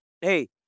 hey